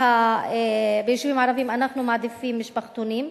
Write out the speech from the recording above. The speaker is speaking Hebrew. שביישובים הערביים אנחנו מעדיפים משפחתונים,